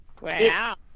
wow